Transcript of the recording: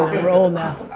you're old now.